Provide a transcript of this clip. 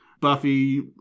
Buffy